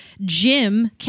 Jim